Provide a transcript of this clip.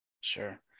Sure